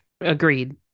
agreed